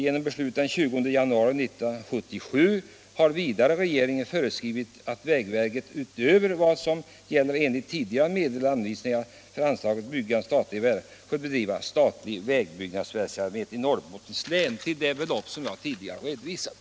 Genom beslut den 20 januari 1977 har vidare regeringen föreskrivit att vägverket — utöver vad som gäller enligt tidigare meddelade anvisningar för anslaget Byggande av statliga vägar — får bedriva statlig vägbyggnadsverksamhet i Norrbottens län ——--.” Så nämns det belopp som jag tidigare redovisat.